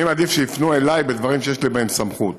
אני מעדיף שיפנו אליי בדברים שיש לי בהם סמכות